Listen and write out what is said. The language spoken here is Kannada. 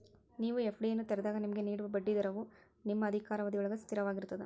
ನೇವು ಎ.ಫ್ಡಿಯನ್ನು ತೆರೆದಾಗ ನಿಮಗೆ ನೇಡುವ ಬಡ್ಡಿ ದರವ ನಿಮ್ಮ ಅಧಿಕಾರಾವಧಿಯೊಳ್ಗ ಸ್ಥಿರವಾಗಿರ್ತದ